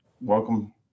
welcome